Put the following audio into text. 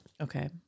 okay